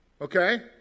Okay